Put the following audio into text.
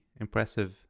impressive